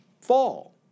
fall